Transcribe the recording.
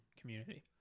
community